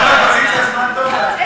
גברתי, השרה, תקציב זה זמן טוב להתחיל.